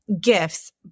gifts